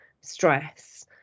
stress